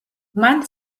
მან